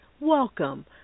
Welcome